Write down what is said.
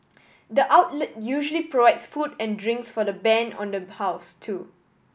the outlet usually provides food and drinks for the band on the house too